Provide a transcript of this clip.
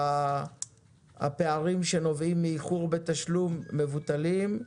הפערים שנובעים מאיחור בתשלום מבוטלים.